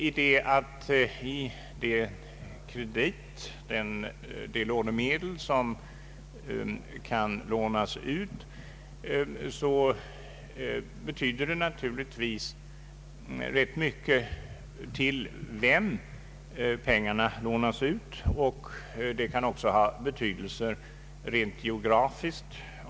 När det gäller de medel som kan lånas ut, betyder det naturligtvis ganska mycket till vem de lånas ut. Detta kan också ha betydelse rent geografiskt.